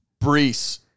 Brees